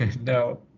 no